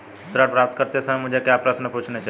ऋण प्राप्त करते समय मुझे क्या प्रश्न पूछने चाहिए?